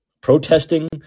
protesting